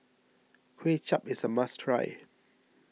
Kuay Chap is a must try